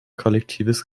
kollektives